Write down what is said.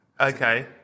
Okay